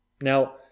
Now